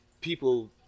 people